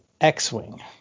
X-Wing